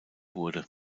wurde